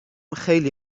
خیلی